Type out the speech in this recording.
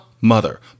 mother